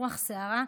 ברוח סערה,